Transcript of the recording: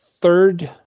third